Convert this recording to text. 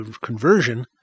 conversion